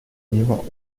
мимо